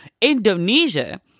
Indonesia